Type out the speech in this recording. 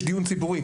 יש דיון ציבורי,